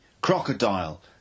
crocodile